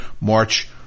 March